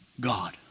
God